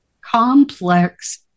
complex